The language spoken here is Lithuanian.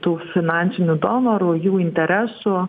tų finansinių donorų jų interesų